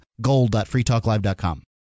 gold.freetalklive.com